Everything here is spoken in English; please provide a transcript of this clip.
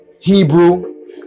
Hebrew